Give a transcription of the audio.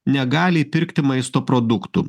negali įpirkti maisto produktų